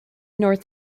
north